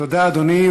תודה, אדוני.